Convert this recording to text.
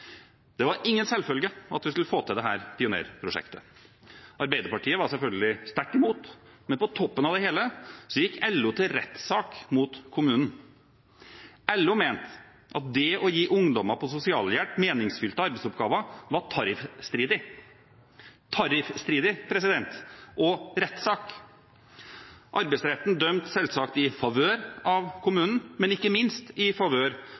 Det var ingen selvfølge at vi skulle få til dette pionerprosjektet. Arbeiderpartiet var selvfølgelig sterkt imot, men på toppen av det hele gikk LO til rettssak mot kommunen. LO mente at det å gi ungdommer på sosialhjelp meningsfylte arbeidsoppgaver var tariffstridig. Tariffstridig! Rettssak! Arbeidsretten dømte selvsagt i favør av kommunen, men ikke minst i favør